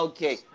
Okay